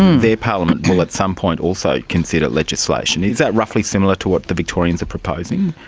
their parliament will at some point also consider legislation. is that roughly similar to what the victorians are proposing?